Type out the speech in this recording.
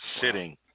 sitting